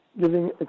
giving